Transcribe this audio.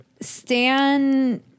Stan